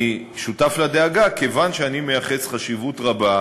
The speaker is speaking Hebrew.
אני שותף לדאגה כיוון שאני מייחס חשיבות רבה